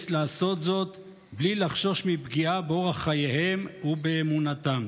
לעשות זאת בלי לחשוש מפגיעה באורח חייהם ובאמונתם.